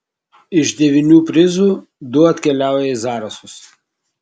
iš devynių prizų du atkeliauja į zarasus